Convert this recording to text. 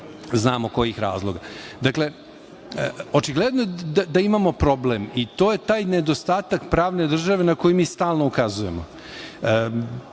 znamo kojih razloga. Očigledno je da imamo problem i to je taj nedostatak pravne države na koji mi stalno ukazujemo.